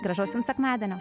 gražaus sekmadienio